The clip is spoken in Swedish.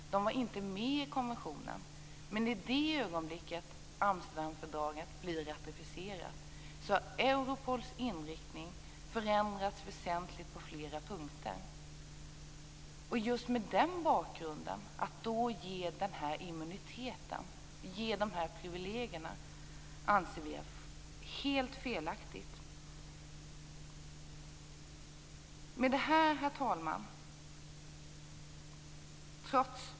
De var inte med i konventionen. Men i det ögonblick då Amsterdamfördraget blir ratificerat, har Europols inriktning förändrats väsentligt på flera punkter. Att just mot den bakgrunden ge den här immuniteten, de här privilegierna, anser vi vara helt felaktigt. Herr talman!